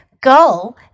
Go